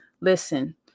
listen